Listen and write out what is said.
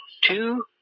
two